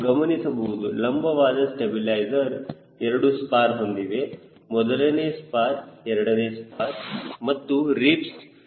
ನೀವು ಗಮನಿಸಬಹುದು ಲಂಬವಾದ ಸ್ಟಬಿಲೈಜರ್ 2 ಸ್ಪಾರ್ ಹೊಂದಿದೆ ಮೊದಲನೇ ಸ್ಪಾರ್ ಎರಡನೇ ಸ್ಪಾರ್ ಮತ್ತು ರಿಬ್ಸ್